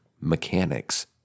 mechanics